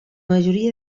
majoria